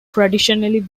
traditionally